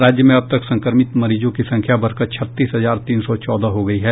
राज्य में अब तक संक्रमित मरीजों की संख्या बढ़कर छत्तीस हजार तीन सौ चौदह हो गयी है